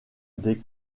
des